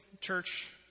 church